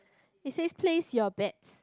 it says place your bets